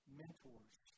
mentors